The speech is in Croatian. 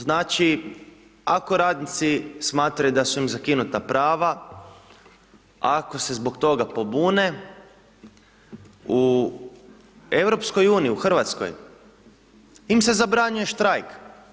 Znači, ako radnici smatraju da su im zakinuta prava, ako se zbog toga pobune u EU, u Hrvatskoj im se zabranjuje štrajk.